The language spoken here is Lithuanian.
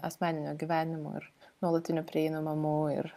asmeninio gyvenimo ir nuolatiniu prieinamu ir